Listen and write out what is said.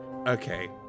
Okay